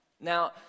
Now